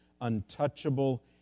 untouchable